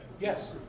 Yes